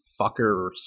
Fucker